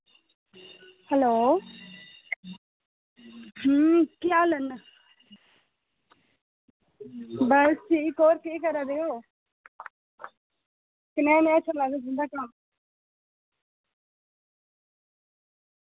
hello अं केह् हाल ऐ बस ठीक होर केह् करा दे ओ कनेहा नेहा चला दा तुं'दा कम्म